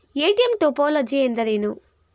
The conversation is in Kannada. ಎ.ಟಿ.ಎಂ ಟೋಪೋಲಜಿ ಎಂದರೇನು?